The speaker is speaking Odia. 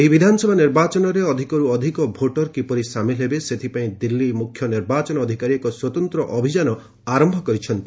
ଏହି ବିଧାନସଭା ନିର୍ବାଚନରେ ଅଧିକରୁ ଅଧିକ ଭୋଟର କିପରି ସାମିଲ ହେବେ ସେଥିପାଇଁ ଦିଲ୍ଲୀ ମୁଖ୍ୟ ନିର୍ବାଚନ ଅଧିକାରୀ ଏକ ସ୍ୱତନ୍ତ୍ର ଅଭିଯାନ ଆରମ୍ଭ କରିଛନ୍ତି